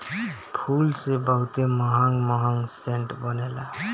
फूल से बहुते महंग महंग सेंट बनेला